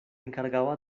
encargaba